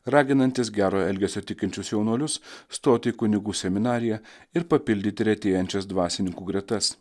raginantis gero elgesio tikinčius jaunuolius stot į kunigų seminariją ir papildyti retėjančias dvasininkų gretas